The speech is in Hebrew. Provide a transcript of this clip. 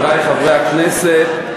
חברי חברי הכנסת,